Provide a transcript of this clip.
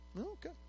Okay